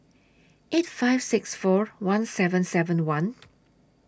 eight five six four one seven seven one